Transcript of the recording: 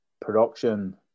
production